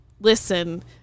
listen